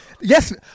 yes